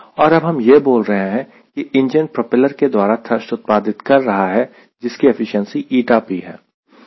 और अब हम यह बोल रहे हैं कि इंजन प्रोपेलर के द्वारा थ्रस्ट उत्पादित कर रहा है जिसकी एफिशिएंसी ηp है